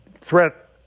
threat